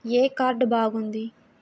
ఏ card బాగుంది?